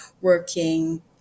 working